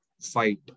fight